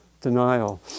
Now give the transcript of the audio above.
denial